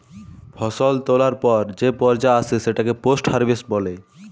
ফসল তোলার পর যে পর্যা আসে সেটাকে পোস্ট হারভেস্ট বলে